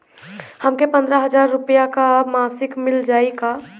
हमके पन्द्रह हजार रूपया क मासिक मिल जाई का?